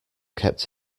kept